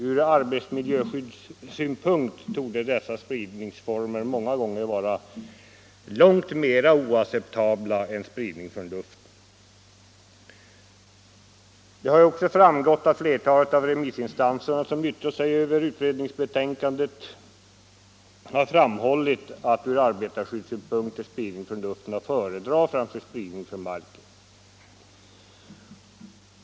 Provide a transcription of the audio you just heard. Ur arbetsmiljöskyddssynpunkt torde dessa spridningsformer många gånger vara långt mera oacceptabla än spridning från luften. Flera av remissinstanserna som yttrat sig över utredningsbetänkandet har framhållit att ur arbetarskyddssynpunkt är spridning från luften att föredra framför spridning från marken.